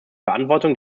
verantwortung